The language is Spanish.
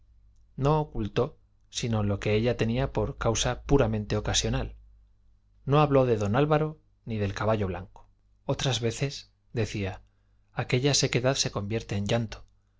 no ocultó sino lo que ella tenía por causa puramente ocasional no habló de don álvaro ni del caballo blanco otras veces decía aquella sequedad se convierte en llanto